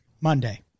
Monday